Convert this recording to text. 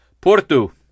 Porto